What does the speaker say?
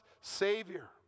Savior